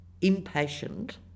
impatient